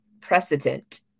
precedent